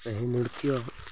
ସେହି ନୃତ୍ୟ